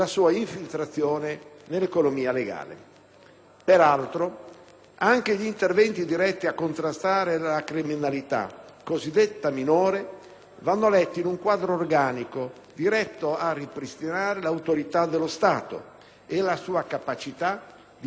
Peraltro, anche gli interventi diretti a contrastare la criminalità cosiddetta minore vanno letti in un quadro organico, diretto a ripristinare l'autorità dello Stato e la sua capacità di presidiare tutti gli ambiti della vita associata.